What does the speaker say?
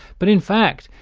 but in fact,